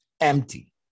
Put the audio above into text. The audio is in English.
Empty